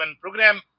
program